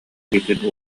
илиитин